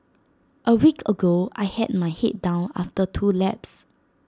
A week ago I had my Head down after two laps